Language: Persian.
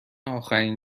آخرین